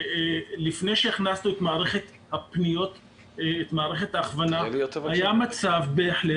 לפני שהכנסנו את מערכת הפניות היה מצב בהחלט